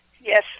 Yes